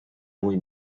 only